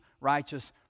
righteous